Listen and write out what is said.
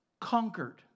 conquered